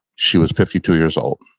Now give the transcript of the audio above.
she was fifty two years old.